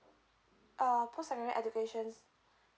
err post secondary educations